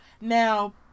Now